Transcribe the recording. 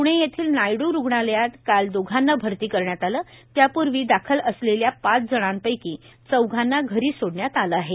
पृणे येथील नायड् रुग्णालयात काल दोघांना भरती केले त्यापूर्वी दाखल असलेल्या पाच जणांपैकी चौघांना घरी सोडण्यात आले आहे